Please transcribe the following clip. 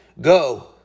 go